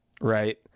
right